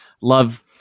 Love